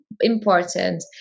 important